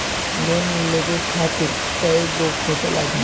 Loan लेवे खातिर कै गो फोटो लागी?